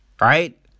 right